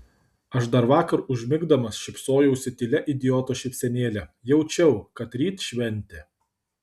aš dar vakar užmigdamas šypsojausi tylia idioto šypsenėle jaučiau kad ryt šventė